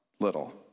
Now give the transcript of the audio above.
little